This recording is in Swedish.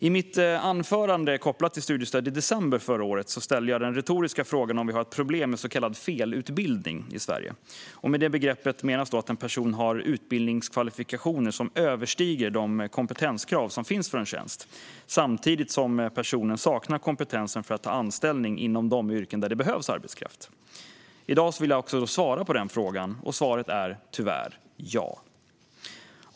I mitt anförande i debatten om studiestöd i december förra året ställde jag den retoriska frågan om vi har ett problem med så kallad felutbildning i Sverige. Med det begreppet menas att en person har utbildningskvalifikationer som överstiger de kompetenskrav som finns för en tjänst, samtidigt som personen saknar kompetens för att ta anställning inom de yrken där det behövs arbetskraft. I dag vill jag svara på den frågan. Och svaret är, tyvärr, ja.